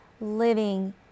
living